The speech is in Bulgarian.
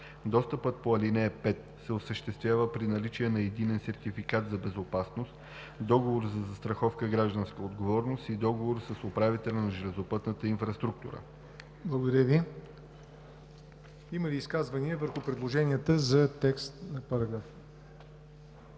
Достъпът по ал. 5 се осъществява при наличие на единен сертификат за безопасност, договор за застраховка „Гражданска отговорност“ и договор с управителя на железопътната инфраструктура.“ ПРЕДСЕДАТЕЛ ЯВОР НОТЕВ: Има ли изказвания по предложенията за текста на параграфа?